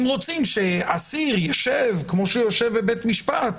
אם רוצים שאסיר ישב כמו שהוא יושב בבית המשפט,